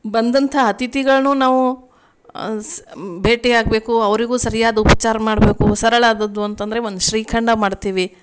ಬಂದಂಥ ಅತಿಥಿಗಳನ್ನು ನಾವು ಸ ಭೇಟಿಯಾಗಬೇಕು ಅವ್ರಿಗೂ ಸರಿಯಾದ ಉಪಚಾರ ಮಾಡಬೇಕು ಸರಳಾದದ್ದು ಅಂತೆಂದ್ರೆ ಒಂದು ಶ್ರೀಖಂಡ ಮಾಡ್ತೀವಿ